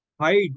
hide